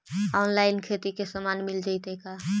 Online खेती के सामान मिल जैतै का?